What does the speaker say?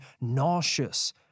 nauseous